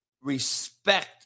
respect